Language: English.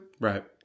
Right